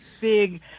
big